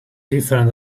different